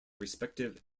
respective